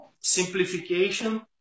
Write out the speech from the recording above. simplification